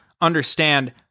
understand